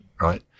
Right